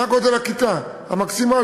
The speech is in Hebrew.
מה גודל הכיתה המקסימלי?